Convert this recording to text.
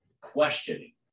questioning